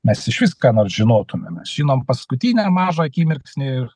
mes išvis ką nors žinotumėm mes žinom paskutinę mažą akimirksnį